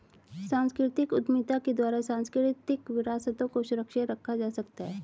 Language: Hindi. सांस्कृतिक उद्यमिता के द्वारा सांस्कृतिक विरासतों को सुरक्षित रखा जा सकता है